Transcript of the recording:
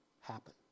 happen